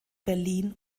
berlin